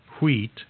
wheat